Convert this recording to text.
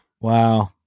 Wow